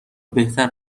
بهتر